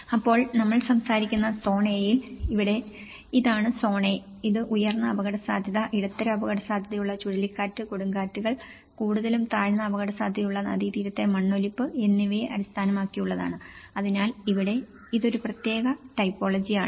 അപ്പോൾ നമ്മൾ സംസാരിക്കുന്ന സോൺ എയിൽ ഇവിടെ ഇതാണ് സോൺ എ ഇത് ഉയർന്ന അപകടസാധ്യത ഇടത്തരം അപകടസാധ്യതയുള്ള ചുഴലിക്കാറ്റ് കൊടുങ്കാറ്റുകൾ കൂടുതലും താഴ്ന്ന അപകടസാധ്യതയുള്ള നദീതീരത്തെ മണ്ണൊലിപ്പ് എന്നിവയെ അടിസ്ഥാനമാക്കിയുള്ളതാണ് അതിനാൽ ഇവിടെ ഇതൊരു പ്രത്യേക ടൈപ്പോളജിയാണ്